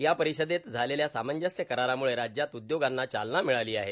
या परिषदेत झालेल्या सामंजस्य करारांमुळे राज्यात उद्योगांना चालना मिळाली आहे